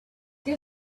they